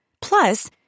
Plus